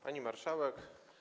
Pani Marszałek!